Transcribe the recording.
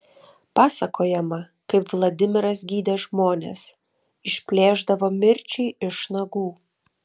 pasakojama kaip vladimiras gydė žmones išplėšdavo mirčiai iš nagų